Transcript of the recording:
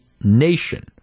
nation